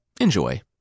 Enjoy